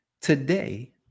today